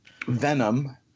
venom